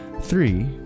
Three